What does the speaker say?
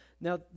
now